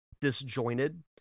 disjointed